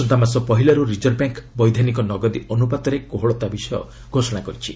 ଆସନ୍ତା ମାସ ପହିଲାରୁ ରିଜର୍ଭ ବ୍ୟାଙ୍କ୍ ବୈଧାନିକ ନଗଦି ଅନୁପାତରେ କୋହଳତା ବିଷୟ ମଧ୍ୟ ଘୋଷଣା କରିଛି